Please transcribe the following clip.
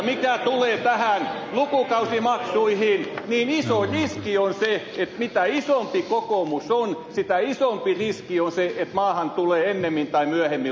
mitä tulee lukukausimaksuihin niin iso riski on se että mitä isompi kokoomus on sitä isompi riski on se että maahan tulee ennemmin tai myöhemmin lukukausimaksut